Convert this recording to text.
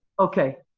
okay,